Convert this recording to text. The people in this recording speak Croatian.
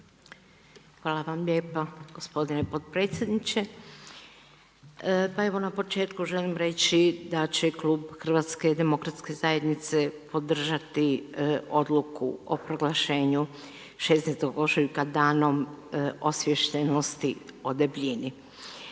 Hvala vam lijepa gospodine potpredsjedniče. Pa evo na početku želim reći da će Klub HDZ-a podržati odluku o proglašenju 16. ožujka danom osviještenosti o debljini.